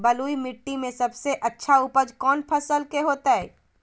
बलुई मिट्टी में सबसे अच्छा उपज कौन फसल के होतय?